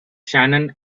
shannon